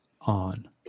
on